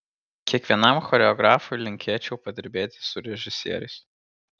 kiekvienam choreografui linkėčiau padirbėti su režisieriais